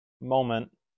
moment